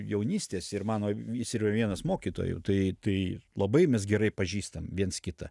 jaunystės ir mano jis yra vienas mokytojų tai tai labai mes gerai pažįstam viens kitą